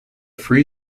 free